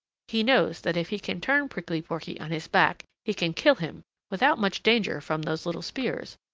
he knows that if he can turn prickly porky on his back he can kill him without much danger from those little spears,